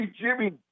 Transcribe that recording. Jimmy